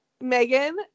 megan